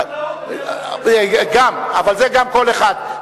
שר החקלאות, זה גם, אבל גם כל אחד.